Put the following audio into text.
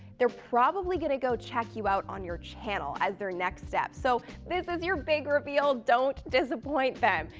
they're probably going to go check you out on your channel as their next step. so this is your big reveal. don't disappoint them.